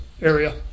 area